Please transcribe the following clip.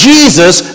Jesus